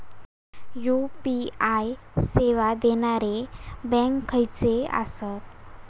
UPI सेवा देणारे bank खयचे आसत?